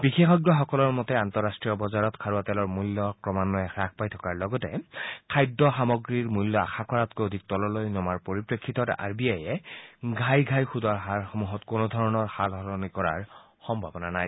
বিশেষজ্ঞসকলৰ মতে আন্তঃৰাষ্ট্ৰীয় বজাৰত খাৰুৱা তেলৰ মূল্য ক্ৰমান্বয়ে হাস পাই থকাৰ লগতে খাদ্য সামগ্ৰীৰ মূল্য আশা কৰাতকৈ অধিক তললৈ নমাৰ পৰিপ্ৰেক্ষিতত আৰ বি আইয়ে ঘাই ঘাই সূদৰ হাৰ সমূহত কোনো ধৰণৰ সাল সলনি কৰাৰ সম্ভাৱনা নাই